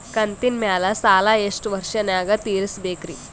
ಕಂತಿನ ಮ್ಯಾಲ ಸಾಲಾ ಎಷ್ಟ ವರ್ಷ ನ್ಯಾಗ ತೀರಸ ಬೇಕ್ರಿ?